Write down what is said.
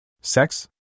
Sex